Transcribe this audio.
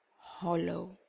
hollow